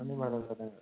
मानि बारा जादों